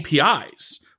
APIs